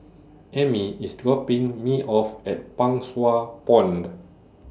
Emmie IS dropping Me off At Pang Sua Pond